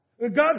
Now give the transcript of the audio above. God